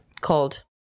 Cold